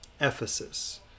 Ephesus